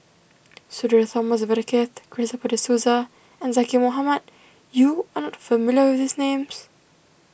Sudhir Thomas Vadaketh Christopher De Souza and Zaqy Mohamad you are not familiar with these names